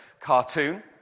cartoon